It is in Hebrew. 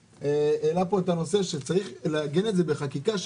את הנושא שצריך לעגן את זה בחקיקה,